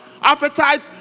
appetite